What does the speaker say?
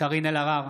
קארין אלהרר,